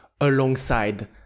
alongside